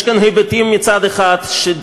יש כאן היבטים שחוק,